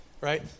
right